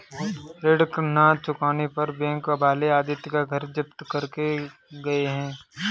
ऋण ना चुकाने पर बैंक वाले आदित्य का घर जब्त करके गए हैं